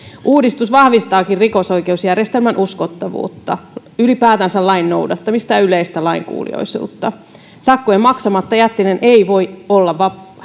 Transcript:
uudistus vahvistaakin rikosoikeusjärjestelmän uskottavuutta ylipäätänsä lain noudattamista ja yleistä lainkuuliaisuutta sakkojen maksamatta jättäminen ei voi olla